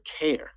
care